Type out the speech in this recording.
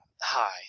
Hi